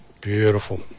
Beautiful